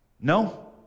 No